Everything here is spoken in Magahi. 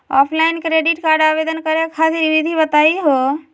ऑफलाइन क्रेडिट कार्ड आवेदन करे खातिर विधि बताही हो?